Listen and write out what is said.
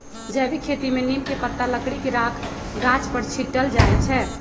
जैविक खेती में नीम के पत्ता, लकड़ी के राख गाछ पर छिट्ल जाइ छै